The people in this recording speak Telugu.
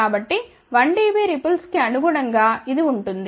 కాబట్టి 1 dB రిపుల్స్ కి అనుగుణంగా ఇది ఉంటుంది